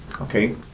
Okay